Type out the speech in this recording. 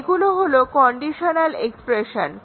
এগুলো হলো conditional expression